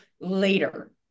later